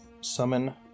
summon